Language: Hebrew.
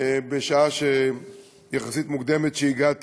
בשעה מוקדמת יחסית,